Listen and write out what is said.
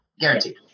Guaranteed